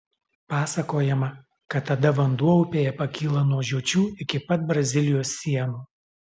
pasakojama kad tada vanduo upėje pakyla nuo žiočių iki pat brazilijos sienų